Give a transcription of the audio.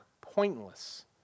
pointless